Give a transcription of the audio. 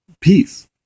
peace